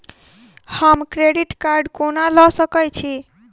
हम credit card कोना लऽ सकै छी?